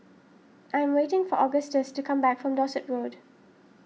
I am waiting for Augustus to come back from Dorset Road